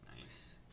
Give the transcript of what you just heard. Nice